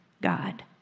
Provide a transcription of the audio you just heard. God